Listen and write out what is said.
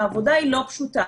העבודה היא לא פשוטה.